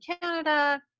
Canada